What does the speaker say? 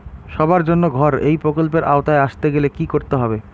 সবার জন্য ঘর এই প্রকল্পের আওতায় আসতে গেলে কি করতে হবে?